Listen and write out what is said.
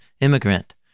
immigrant